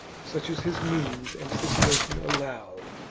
such as his means and situation allowed,